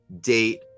date